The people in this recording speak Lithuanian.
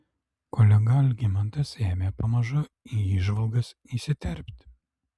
kolega algimantas ėmė pamažu į įžvalgas įsiterpti